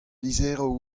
lizheroù